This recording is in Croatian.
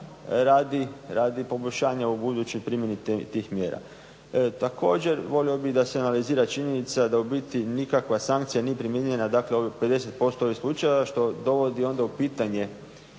radi poboljšanja u budućoj primjeni tih mjera. Također volio bih da se analizira činjenica da u biti nikakva sankcija nije primijenjena, dakle u ovih 50% slučajeva što dovodi onda u pitanje